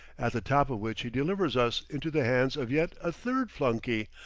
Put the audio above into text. at the top of which he delivers us into the hands of yet a third flunky,